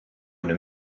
une